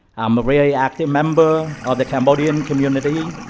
um a very active member of the cambodian community,